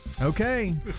Okay